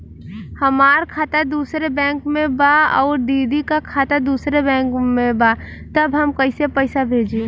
हमार खाता दूसरे बैंक में बा अउर दीदी का खाता दूसरे बैंक में बा तब हम कैसे पैसा भेजी?